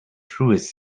truest